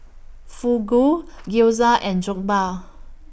Fugu Gyoza and Jokbal